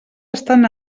estan